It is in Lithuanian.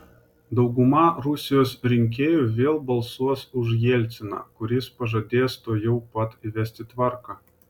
dauguma rusijos rinkėjų vėl balsuos už jelciną kuris pažadės tuojau pat įvesti tvarką